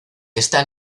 están